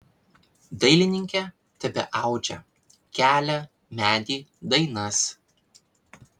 dailininkė tebeaudžia kelią medį dainas